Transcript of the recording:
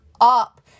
up